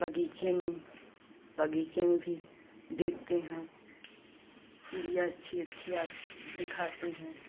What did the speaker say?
बगीचे में बगीचे में भी देखते हैं चिड़िया अच्छी अच्छी आती दिखाती हैं